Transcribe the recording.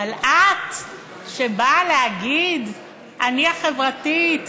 אבל את שבאה להגיד: אני החברתית,